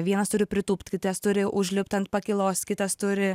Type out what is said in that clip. vienas turi pritūpt kitas turi užlipt ant pakylos kitas turi